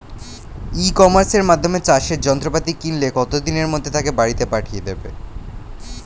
ই কমার্সের মাধ্যমে চাষের যন্ত্রপাতি কিনলে কত দিনের মধ্যে তাকে বাড়ীতে পাঠিয়ে দেবে?